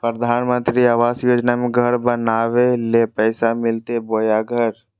प्रधानमंत्री आवास योजना में घर बनावे ले पैसा मिलते बोया घर?